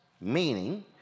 Meaning